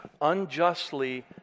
unjustly